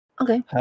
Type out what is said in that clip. okay